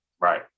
Right